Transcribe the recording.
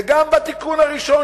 וגם בתיקון הראשון,